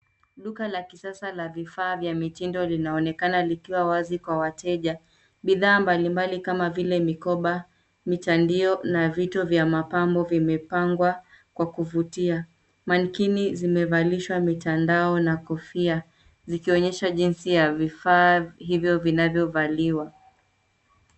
Duka la kisasa la vifaa vya mitindo linaonekana likiwa wazi kwa wateja. Bidhaa mbalimbali kama vile mikopa, mitandio na vitu vya mapambo vimepangwa kwa kuvutia. Mannequins zimevalishwa mitandao na kofia zikionyesha jinsi ya vifaa hivyo vinavyvaliwa.